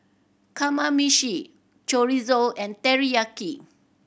Kamameshi Chorizo and Teriyaki